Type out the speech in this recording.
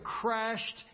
crashed